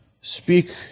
speak